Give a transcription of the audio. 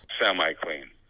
semi-clean